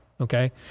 Okay